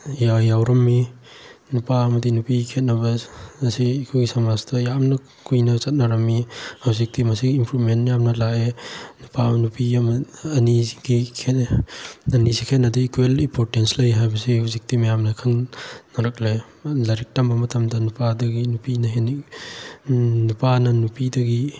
ꯌꯥꯎꯔꯝꯃꯤ ꯅꯨꯄꯥ ꯑꯃꯗꯤ ꯅꯨꯄꯤ ꯈꯦꯅꯕ ꯑꯁꯤ ꯑꯩꯈꯣꯏ ꯁꯃꯥꯖꯇ ꯌꯥꯝꯅ ꯀꯨꯏꯅ ꯆꯠꯅꯔꯝꯃꯤ ꯍꯧꯖꯤꯛꯇꯤ ꯃꯁꯤ ꯏꯝꯄ꯭ꯔꯨꯞꯃꯦꯟ ꯌꯥꯝꯅ ꯂꯥꯛꯑꯦ ꯅꯨꯄꯥ ꯑꯃ ꯅꯨꯄꯤ ꯑꯃ ꯑꯅꯤꯁꯤꯒꯤ ꯑꯅꯤꯁꯤ ꯈꯦꯅꯗꯦ ꯏꯀ꯭ꯋꯦꯜꯂꯤ ꯏꯝꯄꯣꯔꯇꯦꯟꯁ ꯂꯩ ꯍꯥꯏꯕꯁꯤ ꯍꯧꯖꯤꯛꯇꯤ ꯃꯌꯥꯝꯅ ꯈꯪꯅꯔꯛꯂꯦ ꯂꯥꯏꯔꯤꯛ ꯇꯝꯕ ꯃꯇꯝꯗ ꯅꯨꯄꯥꯗꯒꯤ ꯅꯨꯄꯤꯅ ꯍꯦꯟꯅ ꯅꯨꯄꯥꯅ ꯅꯨꯄꯤꯗꯒꯤ